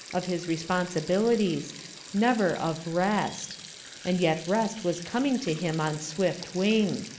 of his responsibilities never of rest and yet rest was coming to him on swift wing.